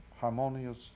harmonious